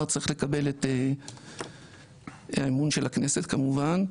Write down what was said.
צריך לקבל את האמון של הכנסת כמובן,